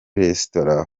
resitora